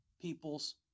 people's